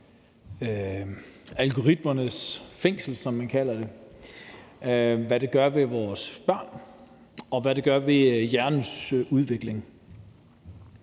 algoritmernes fængsel, som man kalder det – hvad det gør ved vores børn, og hvad det gør ved hjernens udvikling.